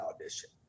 audition